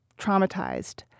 traumatized